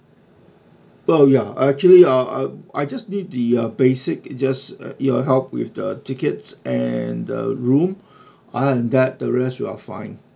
oh ya actually uh uh I just need the uh basic it just uh your help with the tickets and the room other than that the rest we are fine